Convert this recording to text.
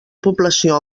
població